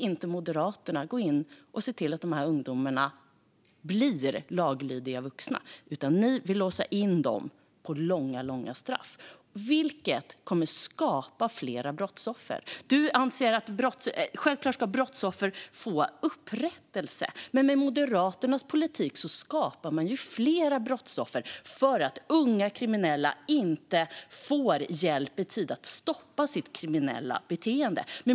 Men Moderaterna vill inte hjälpa dessa unga att bli laglydiga vuxna, utan Moderaterna vill låsa in dem på långa straff. Det kommer att skapa fler brottsoffer. Givetvis ska brottsoffer få upprättelse, men med Moderaternas politik skapas fler brottsoffer eftersom unga kriminella inte får hjälp i tid att stoppa sitt kriminella beteende.